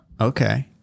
okay